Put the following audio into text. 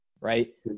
right